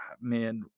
man